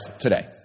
today